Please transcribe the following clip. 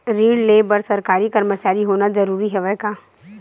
ऋण ले बर सरकारी कर्मचारी होना जरूरी हवय का?